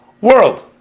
world